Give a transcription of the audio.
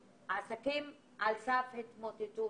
העסקים הם על סף התמוטטות.